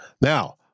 Now